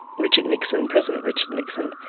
richard nixon, president richard nixon,